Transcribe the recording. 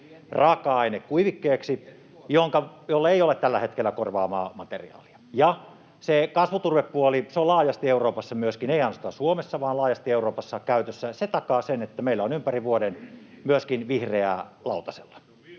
raaka-aine kuivikkeeksi, jolle ei ole tällä hetkellä korvaavaa materiaalia. Se kasvuturvepuoli on laajasti Euroopassa, ei ainoastaan Suomessa vaan laajasti Euroopassa, käytössä. Se takaa sen, että meillä on ympäri vuoden myöskin vihreää lautasella.